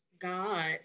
God